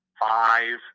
five